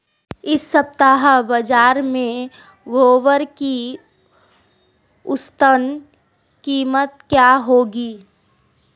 इस सप्ताह बाज़ार में ग्वार की औसतन कीमत क्या रहेगी?